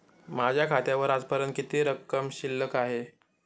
माझ्या खात्यावर आजपर्यंत किती रक्कम शिल्लक आहे?